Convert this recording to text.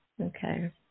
Okay